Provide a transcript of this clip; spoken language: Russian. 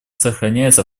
сохраняется